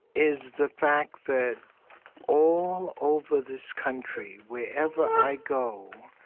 is the fact that all over this country, wherever i go,